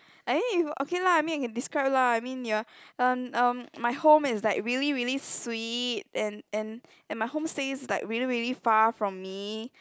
I think okay lah I mean I can describe lah I mean ya um um my home is like really really sweet and and my home stays like really really far from me